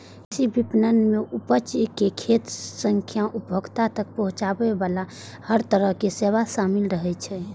कृषि विपणन मे उपज कें खेत सं उपभोक्ता तक पहुंचाबे बला हर तरहक सेवा शामिल रहै छै